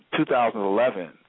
2011